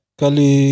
kali